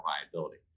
reliability